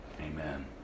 amen